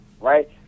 right